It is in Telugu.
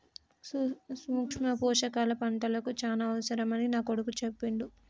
సూక్ష్మ పోషకాల పంటలకు చాల అవసరమని నా కొడుకు చెప్పిండు